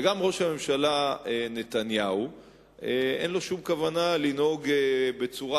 גם ראש הממשלה נתניהו אין לו שום כוונה לנהוג בצורה